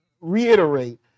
reiterate